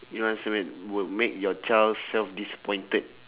you answer will would make your child self disappointed